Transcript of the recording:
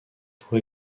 pour